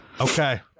Okay